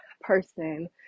person